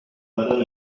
madame